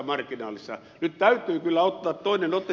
nyt täytyy kyllä ottaa toinen ote